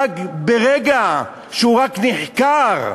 כבר ברגע שהוא רק נחקר,